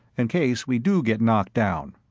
in case we do get knocked down.